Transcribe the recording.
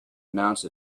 announce